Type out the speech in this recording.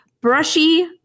Brushy